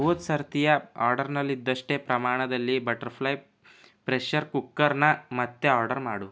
ಹೋದ ಸರತಿಯ ಆರ್ಡರ್ನಲ್ಲಿದ್ದಷ್ಟೆ ಪ್ರಮಾಣದಲ್ಲಿ ಬಟರ್ಫ್ಲೈ ಪ್ರೆಷರ್ ಕುಕ್ಕರ್ನ ಮತ್ತೆ ಆರ್ಡರ್ ಮಾಡು